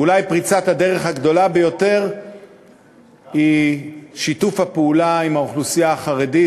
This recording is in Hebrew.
ואולי פריצת הדרך הגדולה ביותר היא שיתוף הפעולה עם האוכלוסייה החרדית,